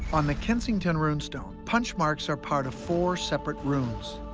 on the kensington rune stone, punch marks are part of four separate runes.